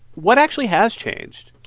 what actually has changed?